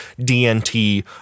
DNT